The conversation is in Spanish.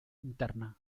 interna